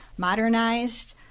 modernized